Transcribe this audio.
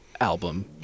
album